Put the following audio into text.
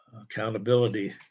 accountability